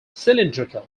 cylindrical